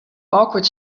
awkward